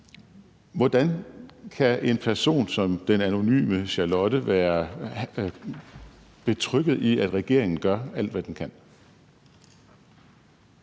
Hvordan kan en person som den anonyme Charlotte være betrygget i, at regeringen gør alt, hvad den kan?